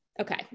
okay